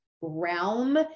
realm